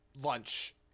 lunch